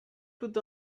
put